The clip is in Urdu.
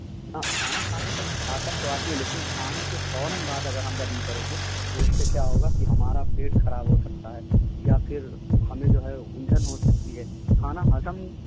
نہ کھانا کھانے سے طاقت تو آتی ہے لیکن کھانے کے فوراً بعد اگر ہم رننگ کریں گے تو اس سے کیا ہوگا کہ ہمارا پیٹ خراب ہو سکتا ہے یا پھر ہمیں جو ہے الجھن ہو سکتی ہے کھانا ہضم